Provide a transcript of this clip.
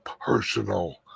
personal